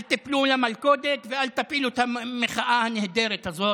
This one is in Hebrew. אל תיפלו למלכודת ואל תפילו את המחאה הנהדרת הזאת.